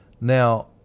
Now